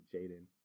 Jaden